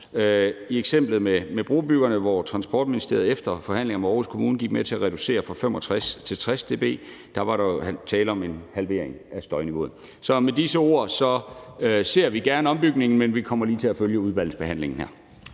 I eksemplet med brobyggerne, hvor Transportministeriet efter forhandlinger med Aarhus Kommune gik med til at reducere fra 65 til 60 dB, var der jo tale om en halvering af støjniveauet. Så med disse ord ser vi gerne ombygningen, men vi kommer lige til at følge udvalgsbehandlingen.